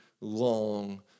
long